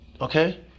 Okay